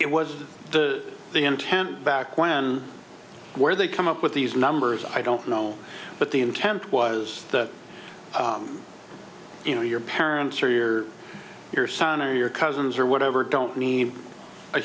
it was the intent back when where they come up with these numbers i don't know but the intent was that you know your parents or your your son or your cousins or whatever don't need a